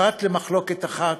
פרט למחלוקת אחת,